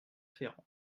ferrand